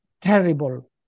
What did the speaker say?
terrible